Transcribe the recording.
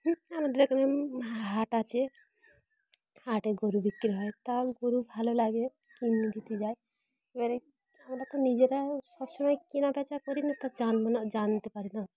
আমাদের এখানে হাট আছে হাটে গরু বিক্রি হয় তা গরু ভালো লাগে কিনে দিতে যাই এবারে আমরা তো নিজেরা সব সমময় কেনা বেচা করি না তো জানব না জানতে পারি না